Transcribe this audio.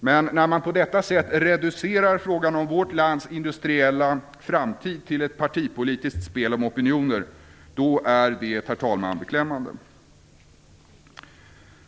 Men när man på detta sätt reducerar frågan om vårt lands industriella framtid till ett partipolitiskt spel om opinioner är det, herr talman, beklämmande.